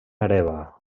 hereva